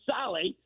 Sally